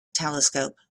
telescope